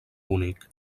únic